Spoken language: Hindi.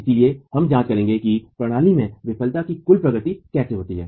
इसलिए हम जांच करेंगे कि प्रणाली में विफलता की कुल प्रगति कैसे होती है